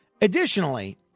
Additionally